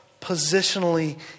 positionally